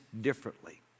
differently